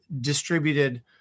distributed